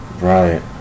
Right